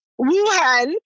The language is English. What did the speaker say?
Wuhan